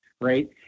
right